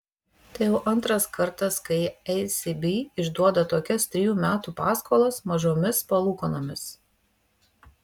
tai jau antras kartas kai ecb išduoda tokias trejų metų paskolas mažomis palūkanomis